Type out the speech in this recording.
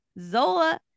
Zola